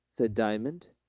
said diamond.